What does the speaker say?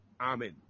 amen